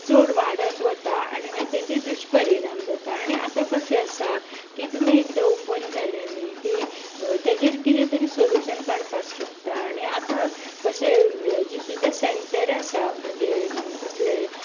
चड वाडत वता आनी मागीर ताजे दुशपरिणाम जाता आनी आतां कशें आसा तुमी एकदां ओपन जालें न्ही की ताचेर कितें सोल्यूशन काडपा शकता आनी आतां कशें हाजी सुद्दां सेंटर आसा म्हणजे कसलें